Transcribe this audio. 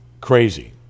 Crazy